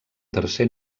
tercer